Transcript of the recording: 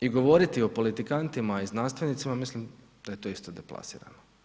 I govoriti o politikantima i znanstvenicima mislim da je to isto deplasirano.